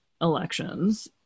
elections